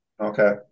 Okay